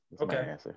okay